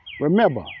Remember